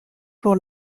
pour